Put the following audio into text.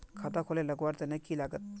खाता खोले लगवार तने की लागत?